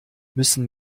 müssen